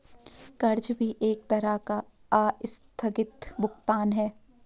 कर्ज भी एक तरह का आस्थगित भुगतान है